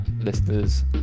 listeners